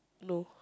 no